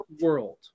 world